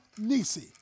Nisi